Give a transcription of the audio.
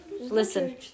listen